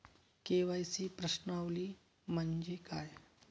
KYC प्रश्नावली म्हणजे काय?